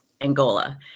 Angola